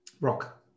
Rock